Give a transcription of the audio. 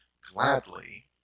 gladly